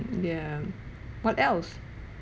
yeah what else